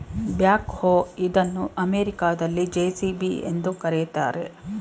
back ಹೋ ಇದನ್ನು ಅಮೆರಿಕದಲ್ಲಿ ಜೆ.ಸಿ.ಬಿ ಎಂದು ಕರಿತಾರೆ